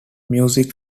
music